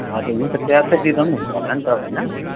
ए हजुर हुन्छ क्यासै दिँदा पनि हुन्छ होला नि त होइन